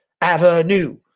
Avenue